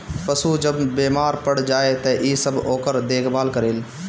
पशु जब बेमार पड़ जाए त इ सब ओकर देखभाल करेल